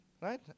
right